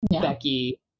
Becky